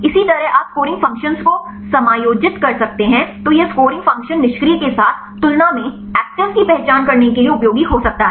इसी तरह आप स्कोरिंग फ़ंक्शंस को समायोजित कर सकते हैं तो यह स्कोरिंग फ़ंक्शन निष्क्रिय के साथ तुलना में एक्टिविज़ की पहचान करने के लिए उपयोगी हो सकता है